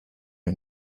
and